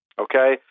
Okay